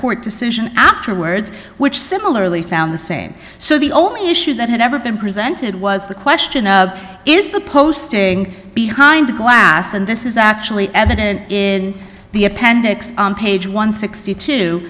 court decision afterwards which similarly found the same so the the only issue that had ever been presented was the question of is the posting behind the glass and this is actually evident in the appendix on page one